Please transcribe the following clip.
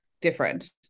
different